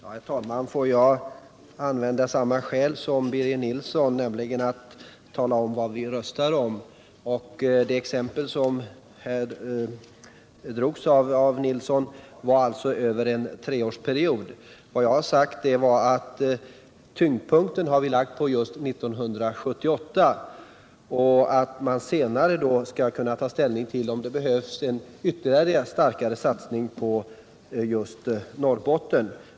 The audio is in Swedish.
Herr talman! Får jag använda samma skäl för att begära ordet som Birger Nilsson, nämligen att tala om vad vi röstar om. Det exempel som anfördes av herr Nilsson avsåg alltså en treårsperiod. Vad jag har sagt är att vi har lagt tyngdpunkten på 1978 och att man senare skall kunna ta ställning om det behövs en ännu starkare satsning på just Norrbotten.